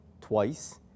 twice